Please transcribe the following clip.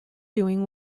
doing